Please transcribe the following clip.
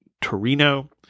Torino